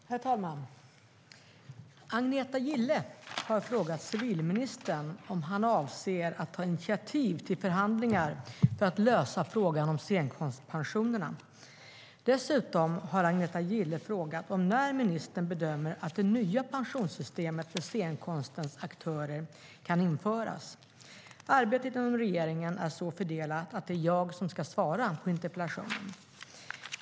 Herr talman! Agneta Gille har frågat civilministern om han avser att ta initiativ till förhandlingar för att lösa frågan om scenkonstpensionerna. Dessutom har Agneta Gille frågat när ministern bedömer att det nya pensionssystemet för scenkonstens aktörer kan införas. Arbetet inom regeringen är så fördelat att det är jag som ska svara på interpellationen.